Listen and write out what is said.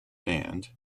banned